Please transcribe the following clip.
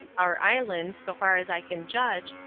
our island, so far as i can judge,